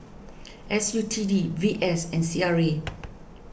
S U T D V S and C R A